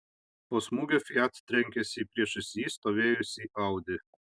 po smūgio fiat trenkėsi į prieš jį stovėjusį audi